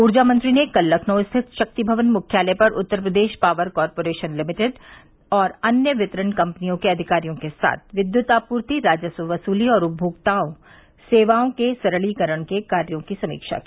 ऊर्जा मंत्री ने कल लखनऊ स्थित शक्ति भवन मुख्यालय पर Uttar Pradesh power corporation limited एवं अन्य वितरण कम्पनियों के अधिकारियों के साथ विद्युत आपूर्ति राजस्व वसूली और उपभोक्ता सेवाओं के सरलीकरण के कार्यो की समीक्षा की